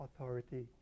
authority